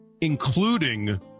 including